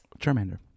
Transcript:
Charmander